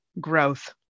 Growth